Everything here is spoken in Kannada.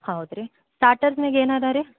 ಹೌದಾ ರೀ ಸ್ಟಾರ್ಟರ್ನಿಗ್ ಏನು ಅದಾ ರೀ